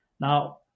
Now